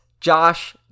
Josh